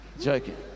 joking